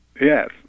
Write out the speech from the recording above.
Yes